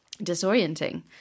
disorienting